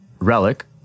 Relic